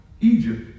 Egypt